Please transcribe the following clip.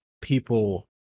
people